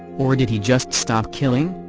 or did he just stop killing?